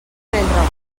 bellreguard